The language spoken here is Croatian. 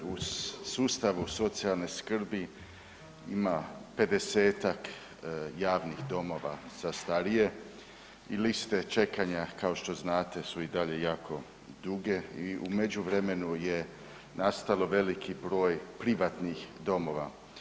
U sustavu socijalne skrbi ima 50-tak javnih domova za starije i liste čekanja kao što znate i dalje su jako duge i u međuvremenu je nastalo veliki broj privatnih domova.